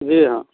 जी हाँ